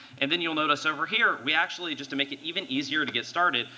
and then you'll notice over here, we actually just to make it even easier to get started,